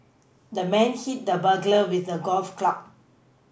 the man hit the burglar with a golf club